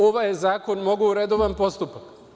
Ovaj zakon je mogao u redovan postupak.